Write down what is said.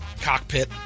cockpit